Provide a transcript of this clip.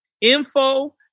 Info